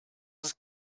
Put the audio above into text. his